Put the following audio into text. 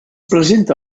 presenta